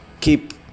keep